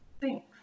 Thanks